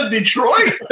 Detroit